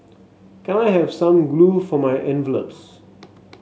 can I have some glue for my envelopes